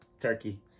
Turkey